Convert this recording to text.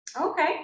Okay